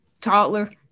toddler